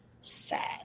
sad